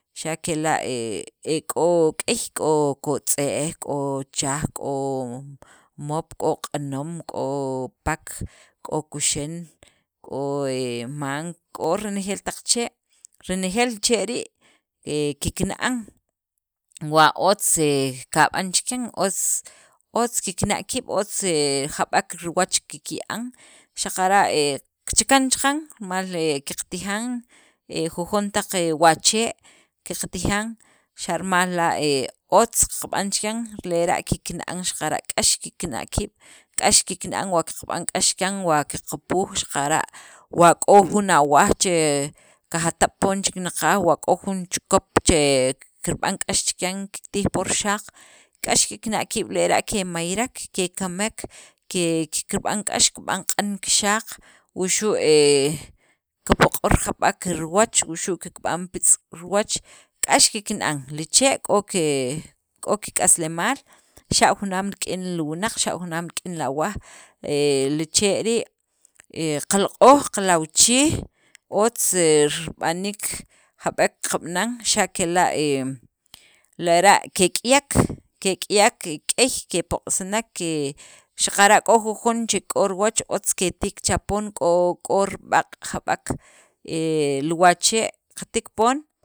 Xa' kela' e k'o k'ey k'o kotz'e'j, k'o chaj, k'o mop, k'o q'anoom, k'o pak, k'o kuxen k'o he ma'nk, k'o renejeel taq chee', renejeel chee' rii' he kikna'an, wa otz kab'an chikyan otz otz kikna' qiib', otz jab'ek kiwach kikya'an xaqara' he kechakan chaqan rimal qatijan jujon taq wachee'. qaqtijan xa' rimal la' he otz qab'an chikyan lera' kikna'an xaqara' k'ax kikna' kiib', k'ax kikna'an wa qab'an k'ax chikyan, wa qaqupuj xaqara' wa k'o jun awaj che kajatab' poon chinaqaj, wa k'o jun chikop che kirb'an k'ax chikyan, kirtij poon kixaq, k'ax kikna' kiib' lera' kemayrek, kekamek, ke kikb'an k'ax kirb'an q'an kixaq, wuxu' he kipoq'or jab'ek riwach, wuxu' kirb'an petz' riwach k'ax kikna'an, li chee' k'o ke kik'aslemaal xa' junaam rik'in li wunaq, xa' junaam rik'in li awaj, e li chee' rii' he qaloq'oj qalawchij otz he rib'aniik jab'ek qab'anan xa' kela' he lera' kek'iyek, kek'iyek k'ey kepoq'sinek, ke xaqara' k'o jujon che k'o riwach otz ketiik cha poon k'o k'o rib'aq' jab'ek he li wachee' qatiik poon.